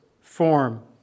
form